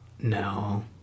No